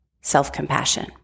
self-compassion